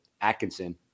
Atkinson